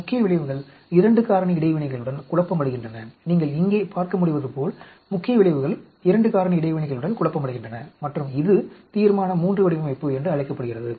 முக்கிய விளைவுகள் 2 காரணி இடைவினைகளுடன் குழப்பமடைகின்றன நீங்கள் இங்கே பார்க்க முடிவது போல் முக்கிய விளைவுகள் 2 காரணி இடைவினைகளுடன் குழப்பமடைகின்றன மற்றும் இது தீர்மான III வடிவமைப்பு என்று அழைக்கப்படுகிறது